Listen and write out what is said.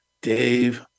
Dave